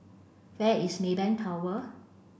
where is Maybank Tower